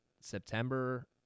september